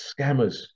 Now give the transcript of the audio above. scammers